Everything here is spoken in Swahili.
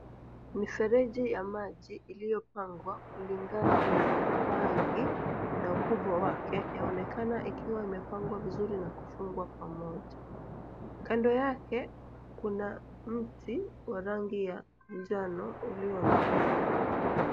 Mifereji ya maji iliyopangwa kulingana na rangi na ukubwa wake, yaonekana ikiwa imepangwa vizuri na kufungwa pamoja. Kando yake kuna mti wa rangi ya jano ulioonekana.